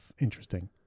interesting